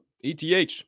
ETH